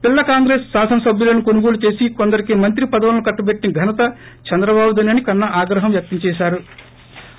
పిల్ల కాంగ్రెస్ శాసన సబ్యులను కొనుగోలు చేసి కొందరికి మంత్రి పదవులను కట్బబెట్టిన ఘనత చంద్ర బాబు దే నని కన్నా ఆగ్రహం వ్యక్తం చేశారు